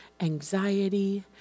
anxiety